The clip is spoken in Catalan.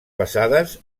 basades